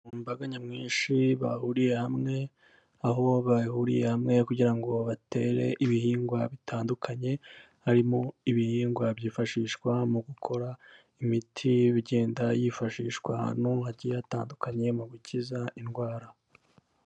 Imbaga nyamwinshi bahuriye hamwe, aho bahuriye hamwe kugira ngo batere ibihingwa bitandukanye, harimo ibihingwa byifashishwa mu gukora imiti iba igenda yifashishwa ahantu hagiye hatandukanye mu gukiza indwara.